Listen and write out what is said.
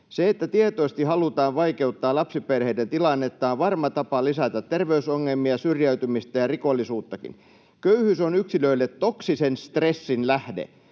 Se, että tietoisesti halutaan vaikeuttaa lapsiperheiden tilannetta, on varma tapa lisätä terveysongelmia, syrjäytymistä ja rikollisuuttakin. Köyhyys on yksilöille toksisen stressin lähde.